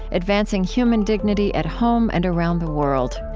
advancing human dignity at home and around the world.